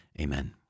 amen